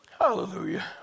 Hallelujah